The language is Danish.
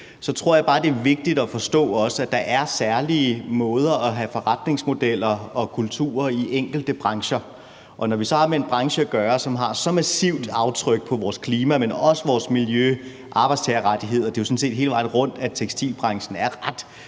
Jeg tror bare, det er også er vigtigt at forstå, at der er særlige kulturer og særlige måder at have forretningsmodeller på i enkelte brancher. Og når vi så har med en branche at gøre, som har så massivt et aftryk på vores klima, men også på vores miljø og på arbejdstagerrettigheder – det er jo sådan set hele vejen rundt, at tekstilbranchen er ret